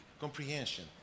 comprehension